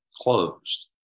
closed